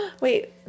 Wait